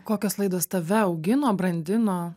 kokios laidos tave augino brandino